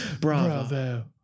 Bravo